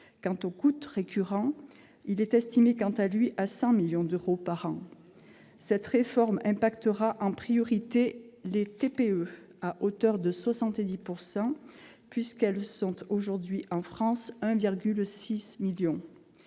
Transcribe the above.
Quant au coût récurrent, il est évalué à 100 millions d'euros par an. Cette réforme touchera en priorité les TPE, à hauteur de 70 %, puisqu'elles sont aujourd'hui en France au nombre